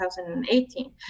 2018